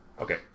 Okay